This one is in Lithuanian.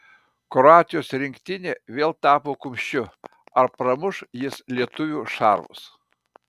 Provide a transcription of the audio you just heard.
kroatijos rinktinė vėl tapo kumščiu ar pramuš jis lietuvių šarvus